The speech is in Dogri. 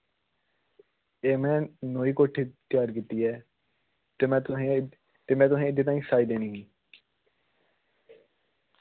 एह् मैं नमीं कोट्ठी त्यार कीती ऐ ते मैं तुसें गी ते मैं तुसें गी एह्दे ताईं साई देनी ही